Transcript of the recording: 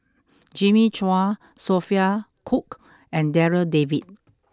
Jimmy Chua Sophia Cooke and Darryl David